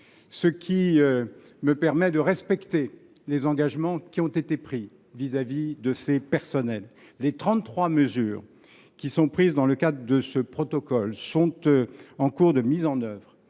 Cela me permettra de respecter les engagements qui ont été pris vis à vis de ces personnels. Les 33 mesures contenues dans ce protocole sont en cours de mise en œuvre